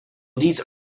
these